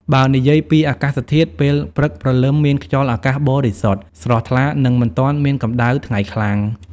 បើនិយាយពីអាកាសធាតុ ពេលព្រឹកព្រលឹមមានខ្យល់អាកាសបរិសុទ្ធ ស្រស់ថ្លា និងមិនទាន់មានកម្ដៅថ្ងៃខ្លាំង ។